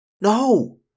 No